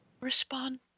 respond